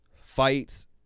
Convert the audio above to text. fights